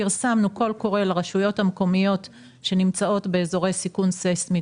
פרסמנו קול קורא לרשויות המקומיות שנמצאות באזורי סיכון ססמי